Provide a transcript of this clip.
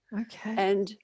Okay